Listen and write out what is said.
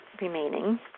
remaining